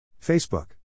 Facebook